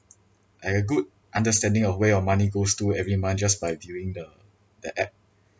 a good understanding of where your money goes to every month just by viewing the the app